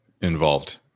involved